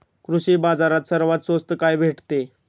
कृषी बाजारात सर्वात स्वस्त काय भेटते?